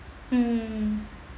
mmhmm